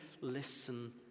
listen